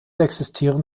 existieren